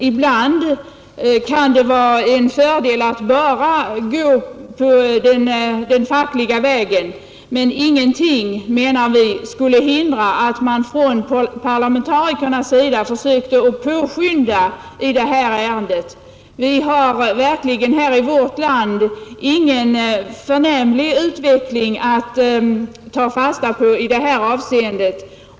Ibland kan det vara en fördel att bara gå den fackliga vägen, men ingenting borde i det här fallet hindra att parlamentarikerna försökte påskynda ärendet. Vi har i vårt land verkligen inte någon förnämlig utveckling att visa fram i detta avssende.